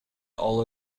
all